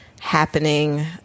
Happening